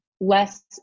less